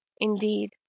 indeed